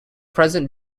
present